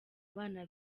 abana